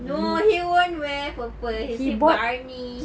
no he won't wear purple he say Barney